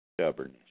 Stubbornness